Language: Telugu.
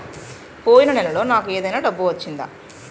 పోయిన నెలలో నాకు ఏదైనా డబ్బు వచ్చిందా?